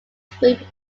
sweep